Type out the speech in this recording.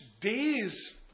days